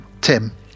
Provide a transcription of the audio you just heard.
Tim